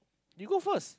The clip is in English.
you go first